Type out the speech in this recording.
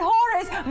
Horace